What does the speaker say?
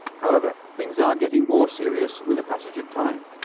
however, things are getting more serious with the passage of time.